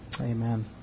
Amen